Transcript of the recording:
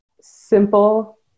simple